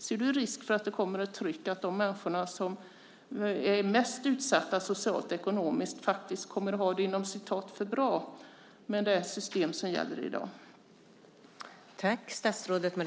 Ser du en risk för att det kommer ett tryck att de människor som är mest utsatta socialt och ekonomiskt faktiskt kommer att ha det så att säga för bra med det system som gäller i dag?